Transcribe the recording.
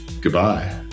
Goodbye